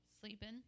Sleeping